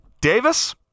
Davis